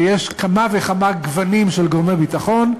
ויש כמה וכמה גוונים של גורמי ביטחון,